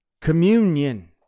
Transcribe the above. communion